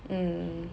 mm